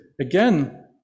again